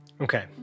Okay